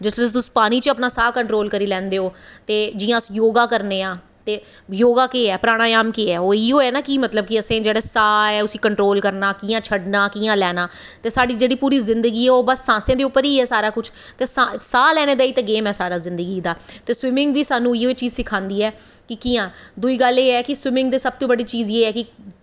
जिस च तुस पानी च अपना साह् कंट्रोल करी लैंदे ओ ते जियां अस योगा करने आं ते योगा केह् ऐ प्राणायाम केह् ऐ ओह् इयो ऐ ना की मतलब असें जेह्ड़ा साह् ऐ उसगी कंट्रोल करना कियां छड्डना कियां लैना ते साढ़ी जेह्ड़ी जिंदगी ऐ ओह् सांसें दे उप्पर गै सारा कुछ ते साह् लैने ताहीं गै गेम ऐ सारा कुछ जिंदगी दा ते स्विमिंग बी सानूं इयै चीज़ सखांदी ऐ ते दूई गल्ल एह् ऐ की स्विमिंग दी सब तू जादै एह् ऐ कि